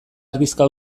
erdizka